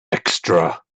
extra